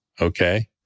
okay